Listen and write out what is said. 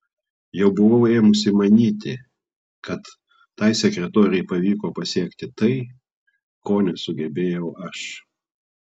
jau buvau ėmusi manyti kad tai sekretorei pavyko pasiekti tai ko nesugebėjau aš